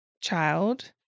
child